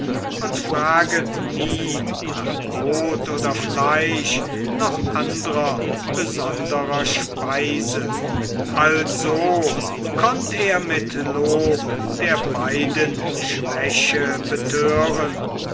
und fraget nie nach brot oder fleisch noch andrer besonderer speise also konnt er mit lob der beiden schwäche betören